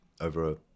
over